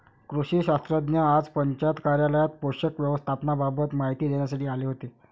कृषी शास्त्रज्ञ आज पंचायत कार्यालयात पोषक व्यवस्थापनाबाबत माहिती देण्यासाठी आले होते